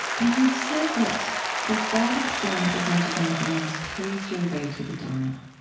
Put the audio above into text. and you've said that that that experience, as much as anything else, paved your way to the dharma.